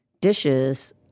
dishes